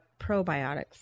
probiotics